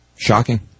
Shocking